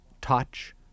touch